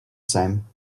same